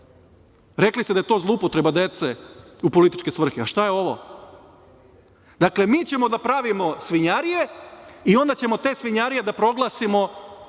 Rekli ste da je to zloupotreba dece u političke svrhe. A, šta je ovo? Dakle, mi ćemo da pravimo svinjarije i onda ćemo te svinjarije da proglasimo